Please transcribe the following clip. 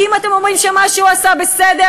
כי אם אתם אומרים שמה שהוא עשה בסדר,